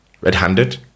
red-handed